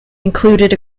included